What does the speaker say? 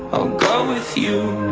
go with you.